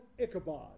Ichabod